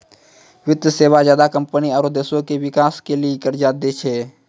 वित्तीय सेवा ज्यादा कम्पनी आरो देश के बिकास के लेली कर्जा दै छै